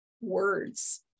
words